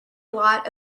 lot